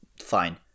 fine